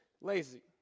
lazy